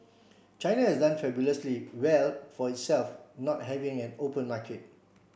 China has done fabulously well for itself not having an open market